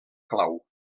clau